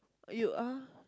you are